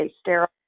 sterile